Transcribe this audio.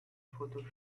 photo